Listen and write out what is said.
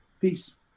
Peace